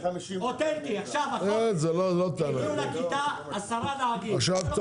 עכשיו הגיעו לכיתה 10 נהגים --- 150,